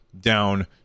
down